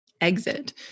Exit